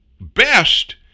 best